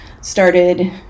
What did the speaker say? started